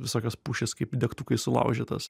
visokios pušys kaip degtukai sulaužytos